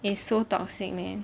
is so toxic meh